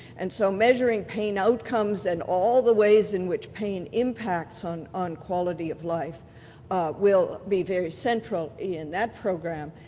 and so measuring pain outcomes and all the ways in which pain impacts on on quality of life will be very central in that program,